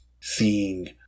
seeing